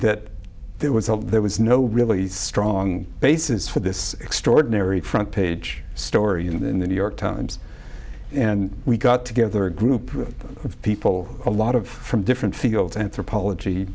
that there was there was no really strong basis for this extraordinary front page story in the new york times and we got together a group of people a lot of from different fields anthropology